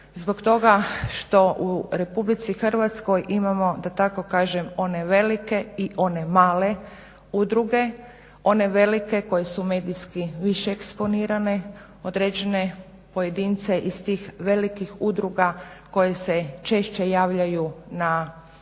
zbog toga što u RH imamo da tako kažem one velike i one male udruge. One velike koje su medijski više eksponirane, određene pojedince iz tih velikih udruga koje se češće javljaju u medijima,